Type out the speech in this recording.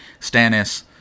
Stannis